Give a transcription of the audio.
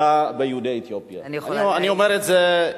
ביהודי אתיופיה, אני יכולה, אני אומר את זה,